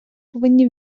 повинні